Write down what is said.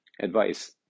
advice